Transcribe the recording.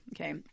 okay